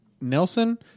Nelson